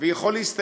וזה יכול להסתיים